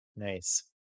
Nice